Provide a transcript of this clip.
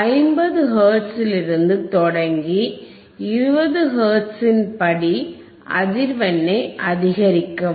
50 ஹெர்ட்ஸிலிருந்து தொடங்கி 20 ஹெர்ட்ஸின் படி அதிர்வெண்ணை அதிகரிக்கவும்